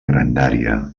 grandària